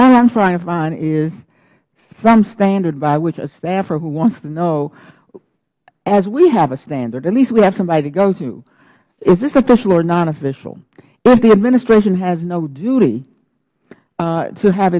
i am trying to find is some standard by which a staffer who wants to know as we have a standard at least we have somebody to go to if it is official or non official if this administration has no duty to have